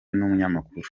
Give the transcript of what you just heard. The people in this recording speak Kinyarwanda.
n’umunyamakuru